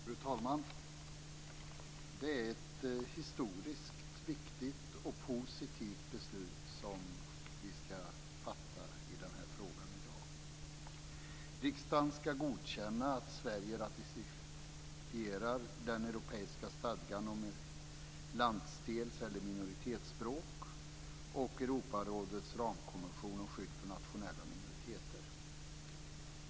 Fru talman! Det är ett historiskt viktigt, och positivt, beslut som vi ska fatta i den här frågan i dag. Riksdagen ska godkänna att Sverige ratificerar den europeiska stadgan om landsdels eller minoritetsspråk och Europarådets ramkonvention om skydd för nationella minoriteter.